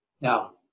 Now